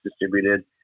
distributed